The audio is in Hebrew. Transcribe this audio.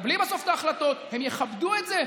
תקבלי בסוף את ההחלטות, הם יכבדו את זה.